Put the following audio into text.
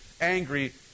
angry